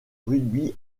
rugby